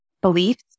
beliefs